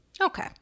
Okay